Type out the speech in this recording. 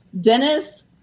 Dennis